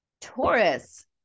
taurus